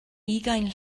ugain